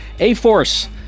A-Force